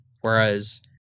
Whereas